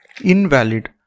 invalid